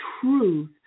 truth